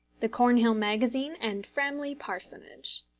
the cornhill magazine and framley parsonage.